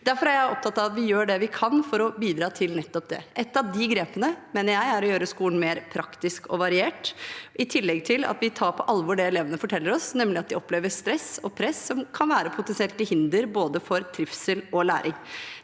Derfor er jeg opptatt av at vi gjør det vi kan for å bidra til nettopp det. Et av de grepene mener jeg er å gjøre skolen mer praktisk og variert, i tillegg til at vi tar på alvor det elevene forteller oss, nemlig at de opplever stress og press som potensielt kan være til hinder for både trivsel og læring.